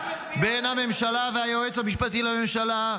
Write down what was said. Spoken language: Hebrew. "-- בין הממשלה ליועץ המשפטי לממשלה,